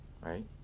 right